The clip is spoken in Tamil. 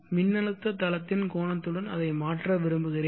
மின்னழுத்த தளத்தின் கோணத்துடன் அதை மாற்ற விரும்புகிறேன்